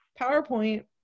PowerPoint